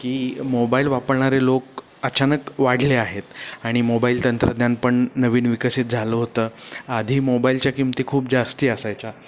की मोबाईल वापरणारे लोक अचानक वाढले आहेत आणि मोबाईल तंत्रज्ञान पण नवीन विकसित झालं होतं आधी मोबाईलच्या किंमती खूप जास्ती असायच्या